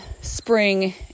spring